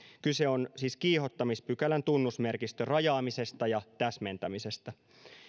kyse on siis kiihottamispykälän tunnusmerkistön rajaamisesta ja täsmentämisestä